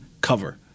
cover